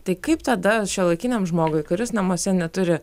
tai kaip tada šiuolaikiniam žmogui kuris namuose neturi